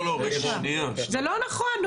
זה לא נכון,